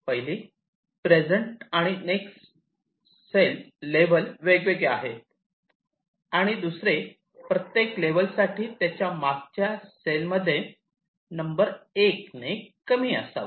पहिली प्रेझेंट आणि next cell level वेगवेगळे आहेत आणि दुसरे प्रत्येक लेव्हल साठी त्याच्या मागच्या सेल मध्ये नंबर एक ने कमी असावा